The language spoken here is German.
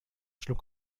schlug